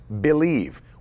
believe